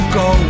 go